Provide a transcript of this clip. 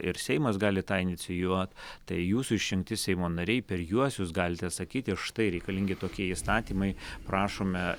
ir seimas gali tą inicijuot tai jūsų išrinkti seimo nariai per juos jūs galite sakyti štai reikalingi tokie įstatymai prašome